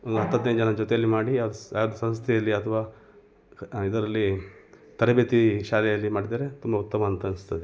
ಒಂದು ಹತ್ತು ಹದಿನೈದು ಜನ ಜೊತೇಲಿ ಮಾಡಿ ಅದು ಸಂಸ್ಥೇಲಿ ಅಥ್ವಾ ಇದರಲ್ಲಿ ತರಬೇತಿ ಶಾಲೆಯಲ್ಲಿ ಮಾಡಿದರೆ ತುಂಬ ಉತ್ತಮ ಅಂತ ಅನ್ನಿಸ್ತದೆ